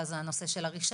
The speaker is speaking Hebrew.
אלא זה הנושא של הרישיון,